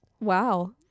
Wow